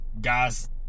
guys